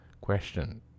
Question